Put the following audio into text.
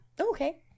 Okay